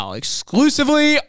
exclusively